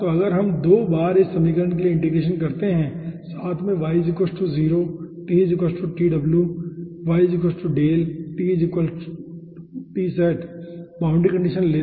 तो अगर हम 2 बार इस समीकरण के लिए इंटीग्रेशन करते हैं और साथ में y 0 बाउंड्री कंडीशन लेते है